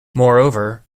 moreover